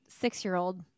six-year-old